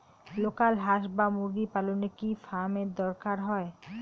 Local হাস বা মুরগি পালনে কি ফার্ম এর দরকার হয়?